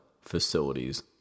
facilities